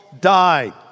died